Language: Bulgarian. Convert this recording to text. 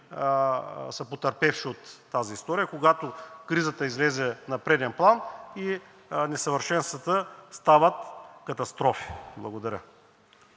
са потърпевши от тази история, когато кризата излезе на преден план и несъвършенствата стават катастрофи. Благодаря.